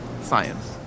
science